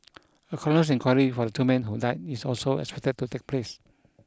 a coroner's inquiry for the two men who died is also expected to take place